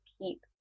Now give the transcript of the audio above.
keep